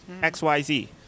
XYZ